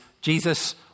Jesus